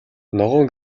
ногоон